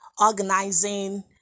organizing